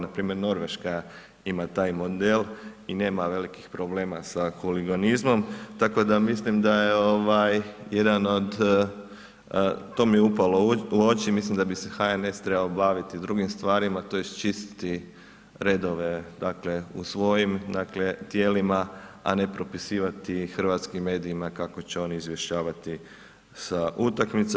Npr. Norveška ima taj model i nema velikih problema sa huliganizmom, tako da mislim da je jedan od, to mi je upalo u oči, mislim da bi se HNS trebao baviti drugim stvarima, tj. čistiti redove dakle u svojim tijelima, a ne propisivati hrvatskim medijima kako će oni izvještavati sa utakmica.